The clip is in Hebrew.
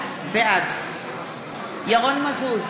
בעד ירון מזוז,